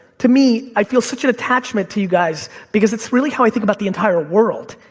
to me, i feel such an attachment to you guys, because it's really how i think about the entire world.